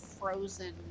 frozen